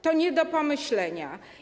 To nie do pomyślenia.